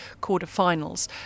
quarterfinals